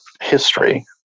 history